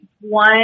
One